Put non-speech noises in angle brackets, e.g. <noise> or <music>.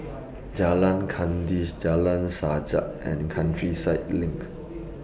<noise> Jalan Kandis Jalan Sajak and Countryside LINK